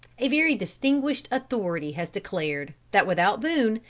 a very distinguished authority has declared, that without boone,